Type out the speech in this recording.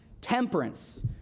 temperance